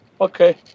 Okay